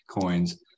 coins